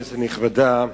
כנסת נכבדה,